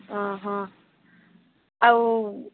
ଅଁ ହଁ ଆଉ